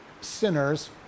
sinners